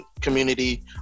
community